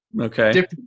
okay